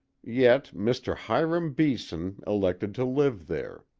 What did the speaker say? yet mr. hiram beeson elected to live there,